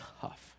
tough